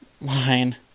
line